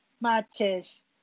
matches